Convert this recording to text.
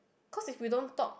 because if we don't talk